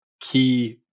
key